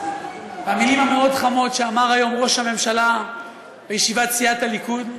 המילים המאוד-חמות שאמר היום ראש הממשלה בישיבת סיעת הליכוד,